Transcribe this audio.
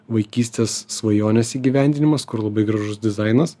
vaikystės svajonės įgyvendinimas kur labai gražus dizainas